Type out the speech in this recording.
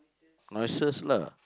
noises lah